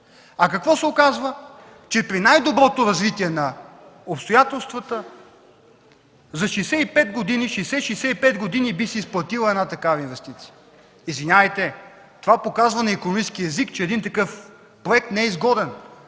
А какво се оказва? Че при най-доброто развитие на обстоятелствата за 60-65 години би се изплатила една такава инвестиция. Извинявайте, това показва на икономически език, че един такъв проект не е изгоден.